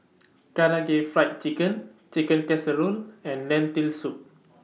Karaage Fried Chicken Chicken Casserole and Lentil Soup